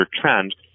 trend